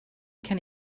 can